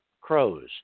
crows